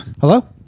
Hello